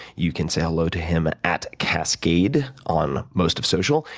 you can say hello to him at kaskade on most of social.